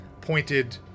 pointed